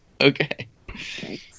Okay